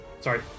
sorry